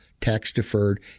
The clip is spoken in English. tax-deferred